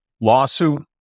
lawsuit